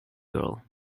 girl